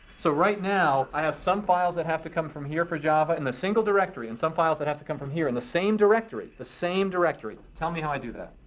so right now i have some files that have to come from here for java in a single directory, and some files that have to come from here in the same directory, the same directory. tell me how i do that?